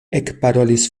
ekparolis